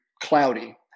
cloudy